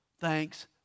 thanks